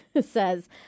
says